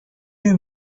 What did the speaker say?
you